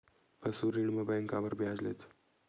पशु ऋण म बैंक काबर ब्याज लेथे?